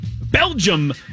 Belgium